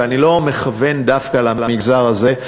ואני לא מכוון דווקא למגזר הזה,